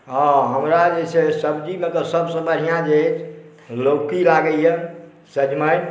हॅं हमरा जे छै सब्जीमे तँ सबसँ बढ़िऑ जे अछि से लौकी लागैया सजमनि